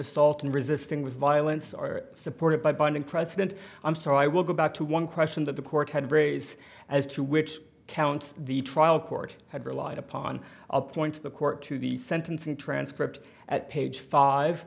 assault and resisting with violence are supported by binding precedent i'm sure i will go back to one question that the court had raise as to which counts the trial court had relied upon i'll point to the court to the sentencing transcript at page five